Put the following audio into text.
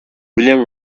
william